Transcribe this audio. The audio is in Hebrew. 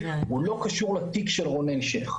הוא לא קשור לתיק של רונן שיך,